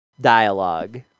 dialogue